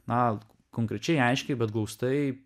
na konkrečiai aiškiai bet glaustai